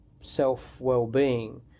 self-well-being